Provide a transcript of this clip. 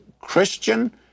Christian